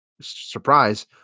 surprise